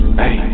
hey